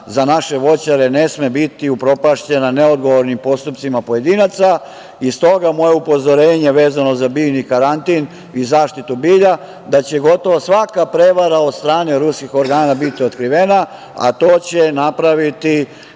za naše voćare ne sme biti upropašćena neodgovornim postupcima pojedinaca. Stoga, moje upozorenje vezano za biljni karantin i zaštitu bilja da će gotovo svaka prevara od strane ruskih organa biti otkrivena, a to će napraviti